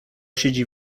siedzi